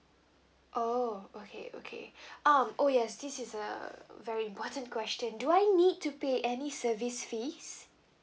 oh okay okay um oh yes this is a very important question do I need to pay any service fees